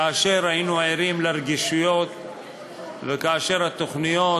כאשר היינו ערים לרגישויות וכאשר התוכניות